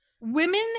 Women